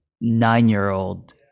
nine-year-old